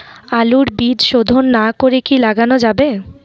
আলুর বীজ শোধন না করে কি লাগানো যাবে?